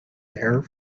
there